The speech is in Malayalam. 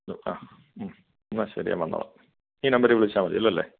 ആ എന്നാൽ ശരി ഞാൻ വന്നോളാം ഈ നമ്പറിൽ വിളിച്ചാൽ മതിയല്ലോലേ